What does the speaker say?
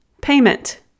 payment